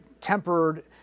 tempered